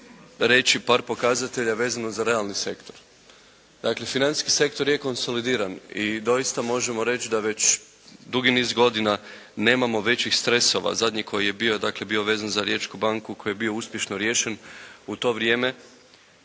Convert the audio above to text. reći par pokazatelja vezano za realni sektor. Dakle financijski sektor i … /Ne razumije se./ … i doista možemo reći da već dugi niz godina nemamo većih stresova. Zadnji koji je bio, dakle je bio vezan uz Riječku banku koji je bio uspješno riješen u to vrijeme